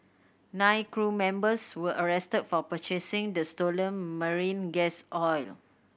nine crew members were arrested for purchasing the stolen marine gas oil